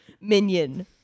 minion